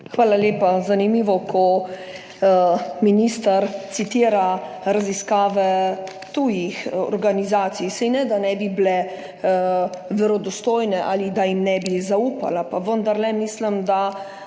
Hvala lepa. Zanimivo, ko minister citira raziskave tujih organizacij, saj ne, da ne bi bile verodostojne ali da jim ne bi zaupala, pa vendar mislim, da